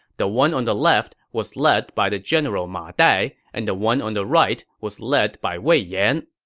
the one on the left was led by the general ma dai, and the one on the right was led by wei yan.